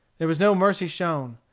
there was no mercy shown.